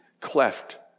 cleft